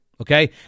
Okay